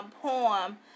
poem